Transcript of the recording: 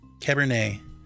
Cabernet